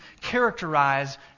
characterize